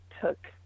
took